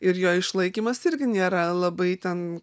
ir jo išlaikymas irgi nėra labai ten